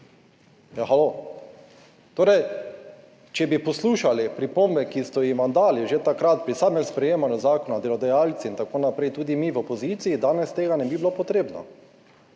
Halo?! Če bi poslušali pripombe, ki so vam jih dali že takrat pri samem sprejemanju zakona delodajalci in tako naprej, tudi mi v opoziciji, danes to ne bi bilo potrebno.